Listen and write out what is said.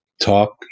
talk